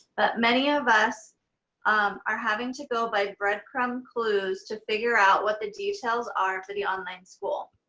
but many of us um are having to go by breadcrumb clues to figure out what the details are to the online school.